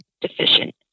deficient